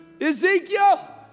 Ezekiel